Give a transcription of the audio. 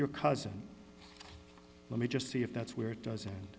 your cousin let me just see if that's where it does